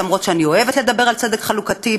למרות שאני אוהבת לדבר על צדק חלוקתי,